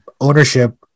ownership